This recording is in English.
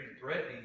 threatening